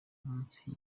munsi